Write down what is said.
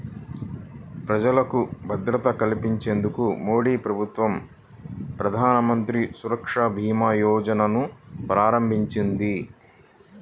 ప్రజలకు భద్రత కల్పించేందుకు మోదీప్రభుత్వం ప్రధానమంత్రి సురక్ష భీమా యోజనను ప్రారంభించింది